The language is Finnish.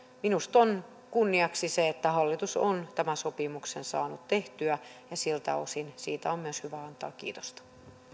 minusta on kunniaksi se että hallitus on tämän sopimuksen saanut tehtyä ja siltä osin siitä on myös hyvä antaa kiitosta